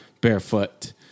barefoot